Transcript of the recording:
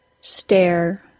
STARE